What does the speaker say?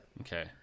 Okay